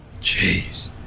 Jeez